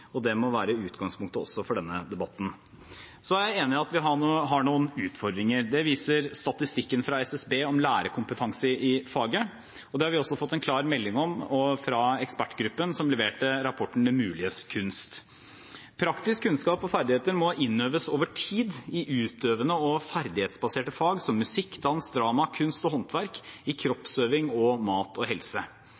og det må være utgangspunktet også for denne debatten. Jeg er enig i at vi har noen utfordringer. Det viser statistikken fra Statistisk sentralbyrå om lærerkompetanse i faget. Det har vi også fått en klar melding om fra ekspertgruppen som leverte rapporten Det muliges kunst. Praktisk kunnskap og ferdigheter må innøves over tid i utøvende og ferdighetsbaserte fag som musikk, dans og drama, i kunst og håndverk, i kroppsøving og i mat og helse.